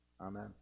Amen